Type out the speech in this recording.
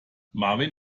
marvin